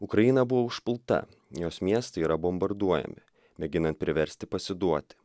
ukraina buvo užpulta jos miestai yra bombarduojami mėginant priversti pasiduoti